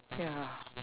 ya